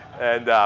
and